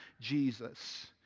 Jesus